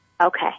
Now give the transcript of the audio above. Okay